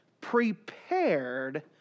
prepared